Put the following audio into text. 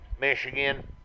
Michigan